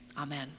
Amen